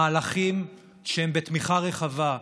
מהלכים שהם בתמיכה רחבה,